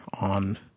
on